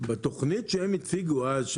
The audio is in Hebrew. בתוכנית שהם הציגו אז,